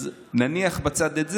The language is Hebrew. אז נניח בצד את זה.